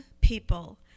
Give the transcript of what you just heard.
people